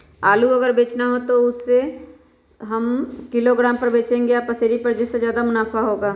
आलू अगर बेचना हो तो हम उससे किलोग्राम पर बचेंगे या पसेरी पर जिससे ज्यादा मुनाफा होगा?